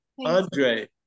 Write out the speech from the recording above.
Andre